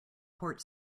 port